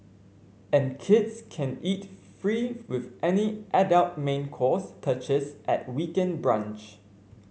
and kids can eat free with any adult main course purchase at weekend brunch